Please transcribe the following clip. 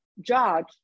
judge